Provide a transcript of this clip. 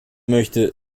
möchte